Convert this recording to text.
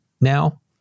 now